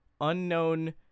unknown